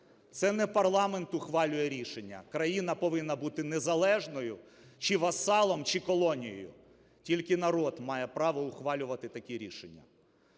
це не парламент ухвалює рішення, країна повинна бути незалежною чи васалом, чи колонією. Тільки народ має право ухвалювати такі рішення.